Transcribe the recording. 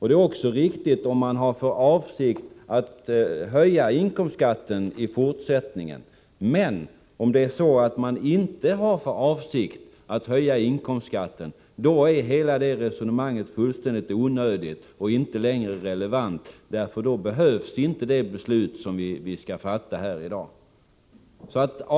Det är också riktigt om man har för avsikt att höja inkomstskatten i fortsättningen. Men om man inte har för avsikt att höja inkomstskatten, då är hela detta resonemang fullständigt onödigt och inte längre relevant, eftersom det beslut som vi skall fatta här i dag då inte behövs.